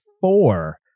four